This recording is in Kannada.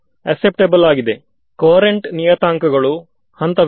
ಇದು ಸರಳವಾಗಿ ನನ್ನ ಹ್ಯಾಂಕೆಲ್ ನ ತರಹ